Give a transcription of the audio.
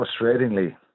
frustratingly